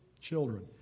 children